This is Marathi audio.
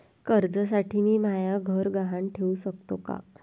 कर्जसाठी मी म्हाय घर गहान ठेवू सकतो का